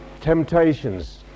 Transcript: Temptations